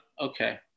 okay